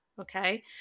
Okay